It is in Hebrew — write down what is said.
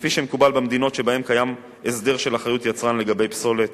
כפי שמקובל במדינות שבהן קיים הסדר של אחריות יצרן לגבי פסולת